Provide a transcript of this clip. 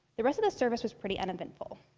the rest of the service was pretty uneventful.